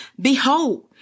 behold